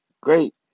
great